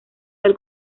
del